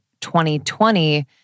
2020